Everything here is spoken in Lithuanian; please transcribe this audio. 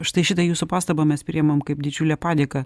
štai šitą jūsų pastabą mes priimam kaip didžiulę padėką